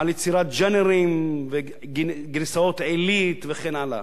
על יצירת ז'אנרים וגרסאות עילית וכן הלאה,